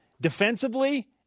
defensively